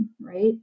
right